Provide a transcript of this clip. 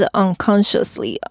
unconsciously 。